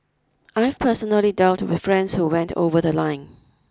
I've personally dealt with friends who went over the line